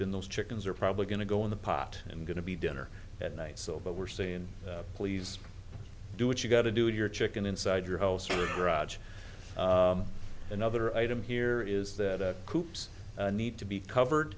in those chickens are probably going to go in the pot and going to be dinner at night so but we're saying please do what you got to do with your chicken inside your house or garage another item here is that coops need to be covered